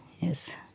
Yes